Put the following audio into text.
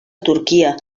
turquia